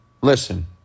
Listen